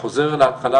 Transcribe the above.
חוזר להתחלה,